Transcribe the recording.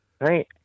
right